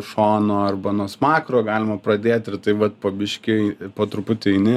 šonu arba nuo smakro galima pradėt ir taip vat po biškį po truputį eini